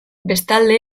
bestalde